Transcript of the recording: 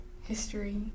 history